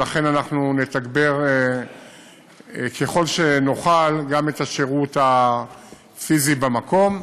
ולכן נתגבר ככל שנוכל, גם את השירות הפיזי במקום.